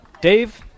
Dave